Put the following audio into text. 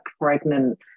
pregnant